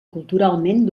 culturalment